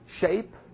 shape